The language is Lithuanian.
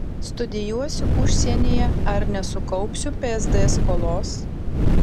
studijuosiu užsienyje ar nesukaupsiu psd skolos